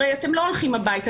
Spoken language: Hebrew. הרי אתם לא הולכים הביתה,